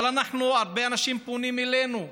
אבל הרבה אנשים פונים אלינו,